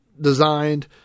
designed